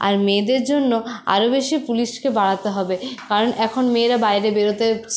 আর মেয়েদের জন্য আরও বেশি পুলিশকে বাড়াতে হবে কারণ এখন মেয়েরা বাইরে বেরোতে